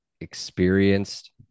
experienced